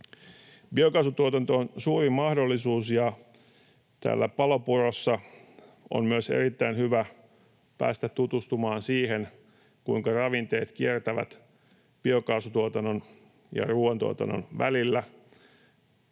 Biokaasutuotanto on suuri mahdollisuus, ja Palopurossa on myös erittäin hyvä päästä tutustumaan siihen, kuinka ravinteet kiertävät biokaasutuotannon ja ruoantuotannon välillä.